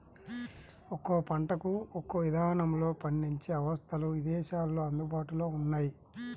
ఒక్కో పంటకు ఒక్కో ఇదానంలో పండించే అవస్థలు ఇదేశాల్లో అందుబాటులో ఉన్నయ్యి